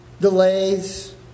delays